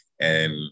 And-